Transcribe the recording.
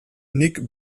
nik